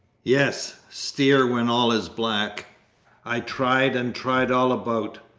yes, steer when all is black i tried and tried all about.